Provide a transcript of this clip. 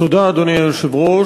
אדוני היושב-ראש,